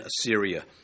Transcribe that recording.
Assyria